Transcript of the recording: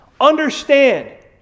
understand